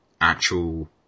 actual